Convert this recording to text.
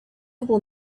will